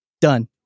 Done